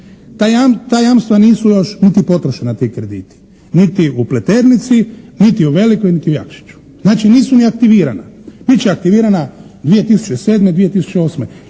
Ta jamstva nisu još niti potrošena ti krediti, niti u Pleternici, niti u Velikoj, niti u Jakšiću. Znači nisu ni aktivirana. Bit će aktivirana 2007., 2008.